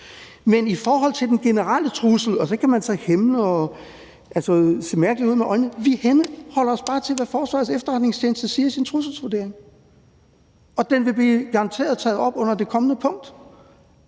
Men i forhold til den generelle trussel – og så kan man himle og se mærkelig ud med øjnene – henholder vi os bare til, hvad Forsvarets Efterretningstjeneste siger i sin trusselsvurdering, og den vil garanteret blive taget op under det kommende punkt.